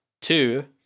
two